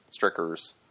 Strickers